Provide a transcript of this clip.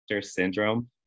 syndrome